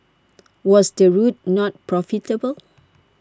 was the route not profitable